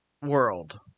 world